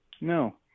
No